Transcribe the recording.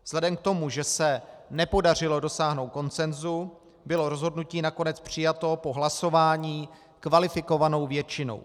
Vzhledem k tomu, že se nepodařilo dosáhnout konsenzu, bylo rozhodnutí nakonec přijato po hlasování kvalifikovanou většinou.